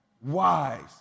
wise